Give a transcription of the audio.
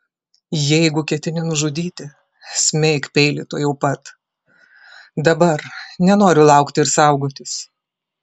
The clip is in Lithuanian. jeigu ketini nužudyti smeik peilį tuojau pat dabar nenoriu laukti ir saugotis